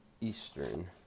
Eastern